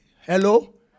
Hello